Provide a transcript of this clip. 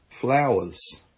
flowers